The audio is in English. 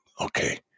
okay